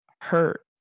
hurt